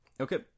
Okay